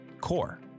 CORE